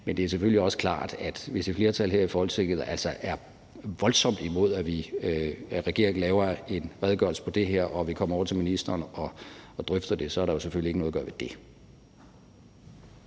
Men det er selvfølgelig også klart, at hvis et flertal her i Folketinget er voldsomt imod, at regeringen laver en redegørelse om det her, og at vi kommer over til ministeren og drøfter det, så er der jo selvfølgelig ikke noget at gøre ved det.